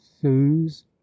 thews